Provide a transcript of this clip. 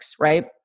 right